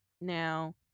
Now